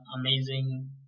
amazing